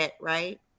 Right